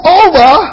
over